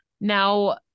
Now